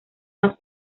más